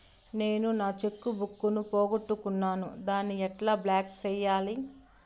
నేను నా check book ను పోగొట్టుకున్నాను దాన్ని ఎట్లా బ్లాక్ సేయాలి?